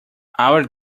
our